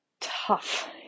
tough